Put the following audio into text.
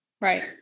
Right